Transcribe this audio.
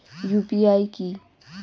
UPI কি?